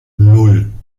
nan